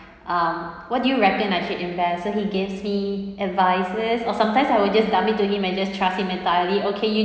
um what do you reckon I should invest so he gives me advices or sometimes I will just dump it to him and just trust him entirely okay you